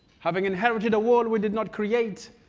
having inherited a world we did not create.